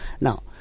Now